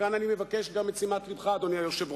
וכאן אני מבקש גם את שימת לבך, אדוני היושב-ראש.